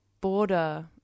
border